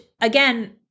again